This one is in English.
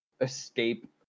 escape